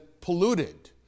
polluted